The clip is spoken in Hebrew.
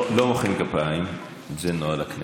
לא מוחאים כפיים, זה נוהל הכנסת.